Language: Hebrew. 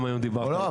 לא,